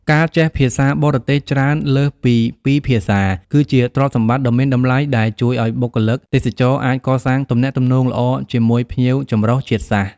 ការចេះភាសាបរទេសច្រើនលើសពីពីរភាសា គឺជាទ្រព្យសម្បត្តិដ៏មានតម្លៃដែលជួយឱ្យបុគ្គលិកទេសចរណ៍អាចកសាងទំនាក់ទំនងល្អជាមួយភ្ញៀវចម្រុះជាតិសាសន៍។